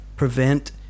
Prevent